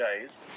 guys